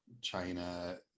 China